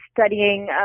studying